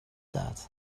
that